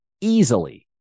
easily –